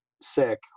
sick